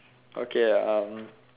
okay